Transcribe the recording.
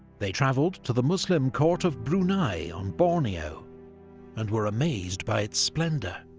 they travelled to the muslim court of brunei on borneo and were amazed by its splendor.